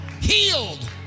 healed